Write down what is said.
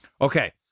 Okay